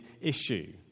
issue